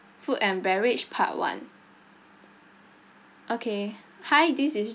food and beverage part one okay hi this is